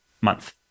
month